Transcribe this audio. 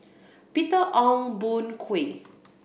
Peter Ong Boon Kwee